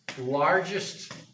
largest